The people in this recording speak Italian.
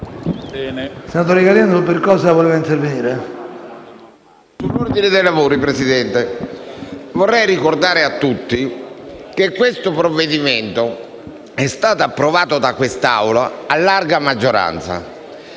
Signor Presidente, vorrei ricordare a tutti che questo provvedimento è stato approvato da quest'Assemblea a larga maggioranza;